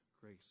grace